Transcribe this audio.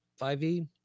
5e